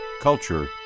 culture